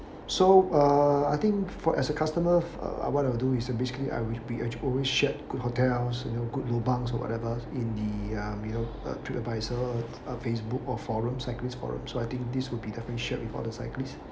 so uh I think for as a customer uh what I will do is basically I will be always shared good hotels you know good lobang or whatever in the uh you know uh trip advisor uh Facebook or forum cyclist forum so I think this would be definitely shared with all the cyclists